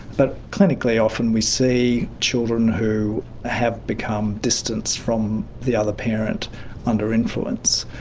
but clinically often we see children who have become distanced from the other parent under influence,